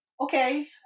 Okay